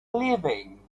living